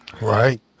Right